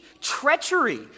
treachery